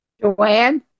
Joanne